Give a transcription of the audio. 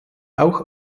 auch